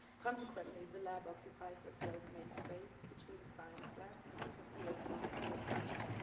consequently, the lab occupies a self-made space between science lab and restaurant test kitchen.